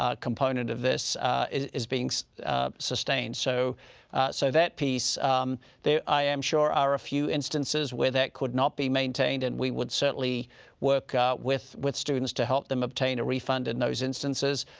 ah component of this is being so sustained. so so that piece i am sure are a few instances where that could not be maintained and we would certainly work with with students to help them obtain a refund in those instances.